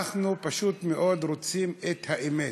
אנחנו פשוט מאוד רוצים את האמת.